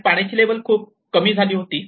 कारण पाण्याची लेव्हल खूप कमी झाली होती